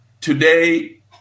Today